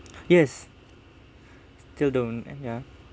yes still don't and ya